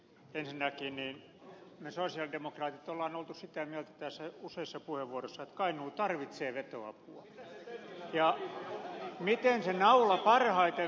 ensinnäkin me sosialidemokraatit olemme olleet sitä mieltä tässä useissa puheenvuoroissa että kainuu tarvitsee vetoapua ja pohtineet miten se naula parhaiten vetäisi